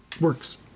works